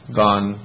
gone